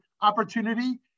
opportunity